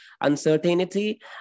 uncertainty